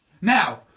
now